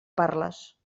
parles